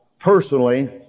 personally